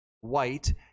white